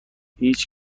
هیچ